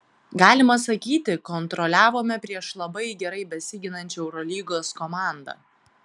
galima sakyti kontroliavome prieš labai gerai besiginančią eurolygos komandą